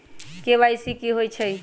KYC कि होई छई?